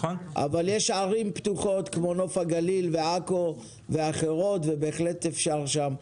אבל יש ערים פתוחות כמו נוף הגליל ועכו ואחרות ובהחלט אפשר שם,